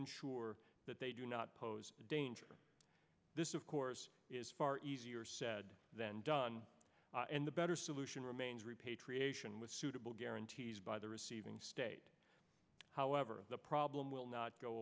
ensure that they do not pose a danger this of course is far easier said than done and the better solution room repatriation with suitable guarantees by the receiving state however the problem will not go